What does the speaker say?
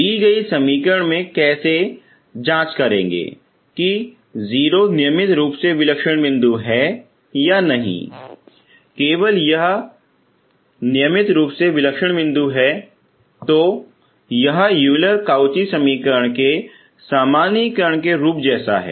दी गयी समीकरण में कैसे चेक करेंगे की 0 नियमित रूप से विलक्षण बिंदु है या नहीं केवल जब यह नियमित रूप से विलक्षण बिंदु है तो यह यूलर काउची समीकरण के सामान्यीकरण के रूप जैसा है